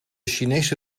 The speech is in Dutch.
chinese